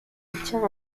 obtient